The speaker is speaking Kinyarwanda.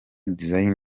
design